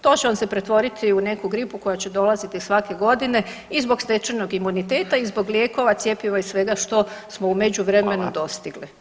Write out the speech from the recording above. To će vam se pretvoriti u neku gripu koja će dolaziti svake godine i zbog stečenog imuniteta i zbog lijekova, cjepiva i svega što smo u međuvremenu dostigli.